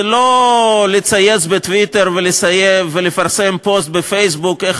היא לא לצייץ בטוויטר ולפרסם פוסט בפייסבוק איך